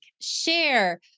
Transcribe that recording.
share